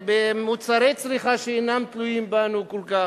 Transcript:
למוצרי צריכה שמחיריהם אינם תלויים בנו כל כך.